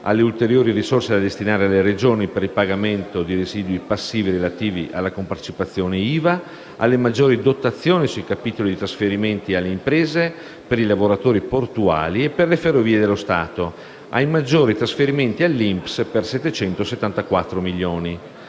alle ulteriori risorse da destinare alle Regioni per il pagamento di residui passivi relativi alla compartecipazione IVA, alle maggiori dotazioni sui capitoli di trasferimenti alle imprese per i lavoratori portuali e per le Ferrovie dello Stato, ai maggiori trasferimenti all'INPS per 774 milioni.